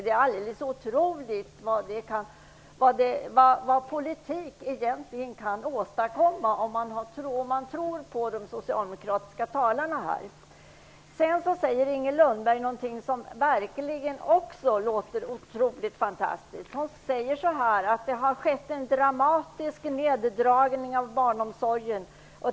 Det är alldeles otroligt vad politik egentligen kan åstadkomma, om man skall tro på de socialdemokratiska talarna. Sedan säger Inger Lundberg någonting som verkligen låter otroligt fantastiskt. Hon säger att det har skett en dramatisk neddragning inom barnomsorgen.